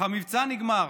המבצע נגמר